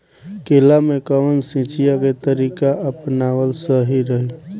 केला में कवन सिचीया के तरिका अपनावल सही रही?